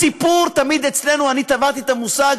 הסיפור אני טבעתי את המושג,